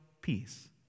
peace